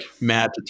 mad